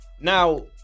Now